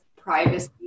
privacy